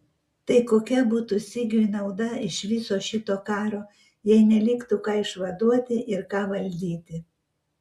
tai kokia būtų sigiui nauda iš viso šito karo jei neliktų ką išvaduoti ir ką valdyti